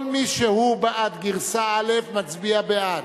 כל מי שהוא בעד גרסה א' מצביע בעד,